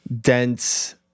dense